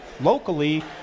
locally